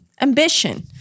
ambition